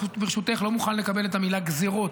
ברשותך, אני רק לא מוכן לקבל את המילה "גזרות".